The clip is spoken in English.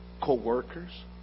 co-workers